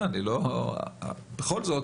בכל זאת